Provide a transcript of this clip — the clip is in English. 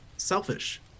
selfish